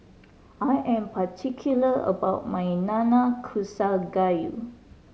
I am particular about my Nanakusa Gayu